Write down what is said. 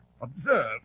Observe